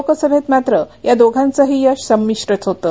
लोकसभेत मात्र या दोघांचंही यश संमिश्रच होतं